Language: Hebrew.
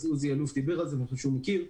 עוזי אלוף דיבר על זה ואני חושב שהוא מכיר.